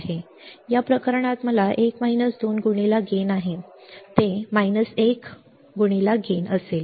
या प्रकरणात मला गेन आहे ते 1 गेन असेल